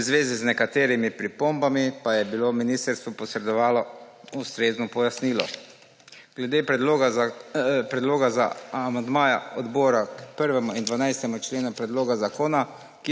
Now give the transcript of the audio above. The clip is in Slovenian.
V zvezi z nekaterimi pripombami pa je ministrstvo posredovalo ustrezno pojasnilo. Glede predloga za amandmaja odbora k 1. in 12. členu predloga zakona,